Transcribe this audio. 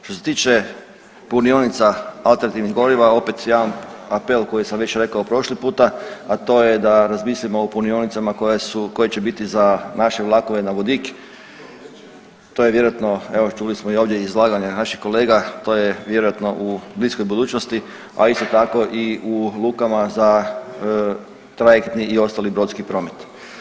Što se tiče punionica alternativnih goriva, opet jedan apel koji sam već rekao prošli puta, a to je da razmislimo o punionicama koje su, koje će biti za naše vlakove na vodik, to je vjerojatno, evo čuli smo i ovdje izlaganja naših kolega, to je vjerojatno u bliskoj budućnosti, a isto tako i u lukama za trajektni i ostali brodski promet.